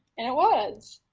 and it was.